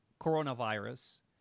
coronavirus